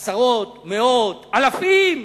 עשרות, מאות, אלפים,